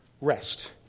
rest